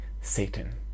Satan